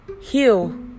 heal